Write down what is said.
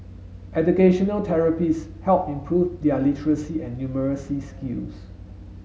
educational therapists helped improve their literacy and numeracy skills